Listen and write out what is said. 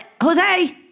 Jose